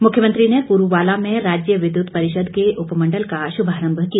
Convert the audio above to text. मुख्यमंत्री ने पुरूवाला में राज्य विद्युत परिषद के उपमंडल का श्भारंभ किया